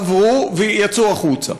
עברו ויצאו החוצה.